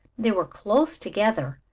they were close together,